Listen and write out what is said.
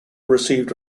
received